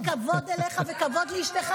יש לי כבוד אליך וכבוד לאשתך,